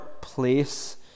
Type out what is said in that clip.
place